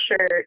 shirt